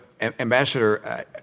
Ambassador